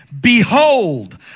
Behold